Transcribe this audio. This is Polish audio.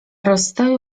rozstaju